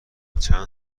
چند